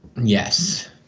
Yes